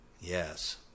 Yes